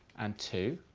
and two,